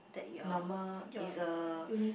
normal is a